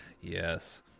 yes